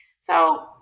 so-